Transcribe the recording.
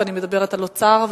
ואני מדברת על אוצר,